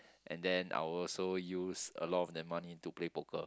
and then I'll also use a lot of that money to play poker